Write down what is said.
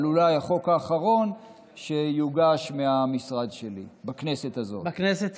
אבל זה אולי החוק האחרון שיוגש מהמשרד שלי בכנסת הזאת.